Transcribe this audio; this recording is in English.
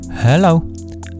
Hello